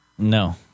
No